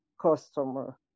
customer